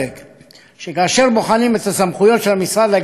שכאשר בוחנים את הסמכויות של המשרד להגנת הסביבה,